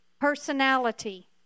personality